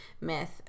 myth